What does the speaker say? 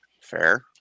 Fair